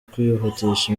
kwihutisha